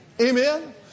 Amen